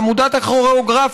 עמותת הכוריאוגרפים.